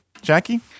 Jackie